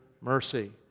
mercy